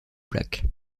plaque